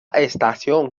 estación